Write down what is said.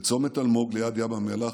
בצומת אלמוג ליד ים המלח,